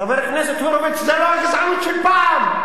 חבר הכנסת הורוביץ, זו לא הגזענות של פעם,